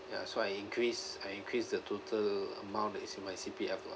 ya so I increase I increase the total amount that is in my C_P_F lah